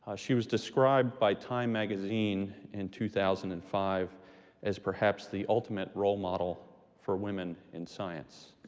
she was described by time magazine in two thousand and five as perhaps the ultimate role model for women in science.